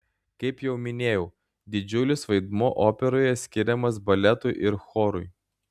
kaip jau minėjau didžiulis vaidmuo operoje skiriamas baletui ir chorui